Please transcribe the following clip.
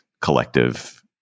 collective